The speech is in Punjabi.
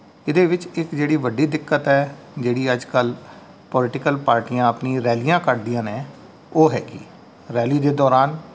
ਇਹਦੇ ਵਿੱਚ ਇੱਕ ਜਿਹੜੀ ਵੱਡੀ ਦਿੱਕਤ ਹੈ ਜਿਹੜੀ ਅੱਜ ਕੱਲ੍ਹ ਪੌਲੀਟੀਕਲ ਪਾਰਟੀਆਂ ਆਪਣੀ ਰੈਲੀਆਂ ਕੱਢਦੀਆਂ ਨੇ ਉਹ ਹੈਗੀ ਰੈਲੀ ਦੇ ਦੌਰਾਨ